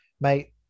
mate